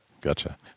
gotcha